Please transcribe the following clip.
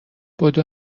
بدو